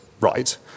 right